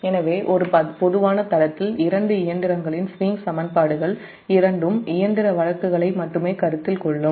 எனவே ஒரு பொதுவான தளத்தில் இரண்டு இயந்திரங்களின் ஸ்விங் சமன் பாடுகள் இரண்டு இயந்திர வழக்குகளை மட்டுமே கருத்தில் கொள்ளும்